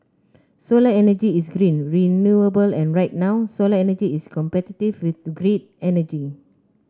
solar energy is green renewable and right now solar energy is competitive with grid energy